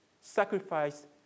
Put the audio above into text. Sacrifice